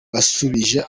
basubije